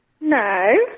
No